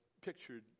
pictured